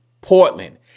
Portland